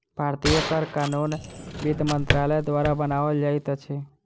भारतीय कर कानून वित्त मंत्रालय द्वारा बनाओल जाइत अछि